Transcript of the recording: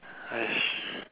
!hais!